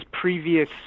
previous